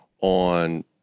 on